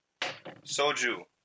Soju